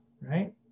right